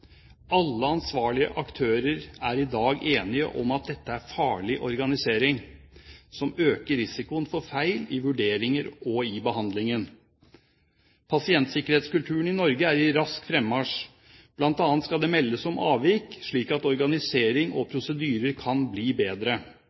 Alle ansvarlige aktører er i dag enige om at dette er farlig organisering som øker risikoen for feil i vurderinger og i behandlingen. Pasientsikkerhetskulturen i Norge er i rask fremmarsj. Blant annet skal det meldes om avvik, slik at organisering og prosedyrer kan bli bedre.